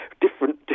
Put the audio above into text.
different